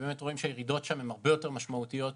באמת רואים שהירידות הן הרבה יותר משמעותיות